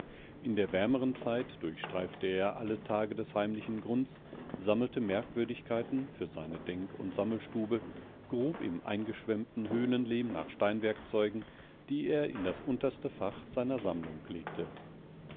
in der wärmeren zeit durchstreifte er alle teile des heimlichen grunds sammelte merkwürdigkeiten für seine denk und sammelstube grub im eingeschwemmten höhlenlehm nach steinwerkzeugen die er in das unterste fach seiner sammlung legte